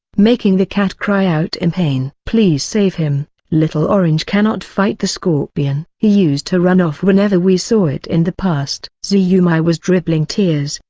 making the cat cry out in pain. please save him little orange cannot fight the scorpion. he used to run-off whenever we saw it in the past. zhou yumei was dribbling tears,